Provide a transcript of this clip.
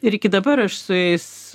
ir iki dabar aš su jais